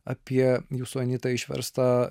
apie jūsų anyta išverstą